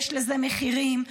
יש לזה מחירים.